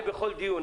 לכל דיון.